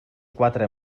quatre